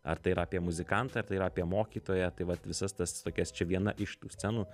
ar tai yra apie muzikantą ar tai yra apie mokytoją tai vat visas tas tokias čia viena iš tų scenų